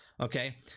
okay